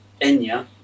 Enya